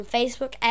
Facebook